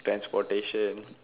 transportation